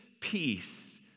peace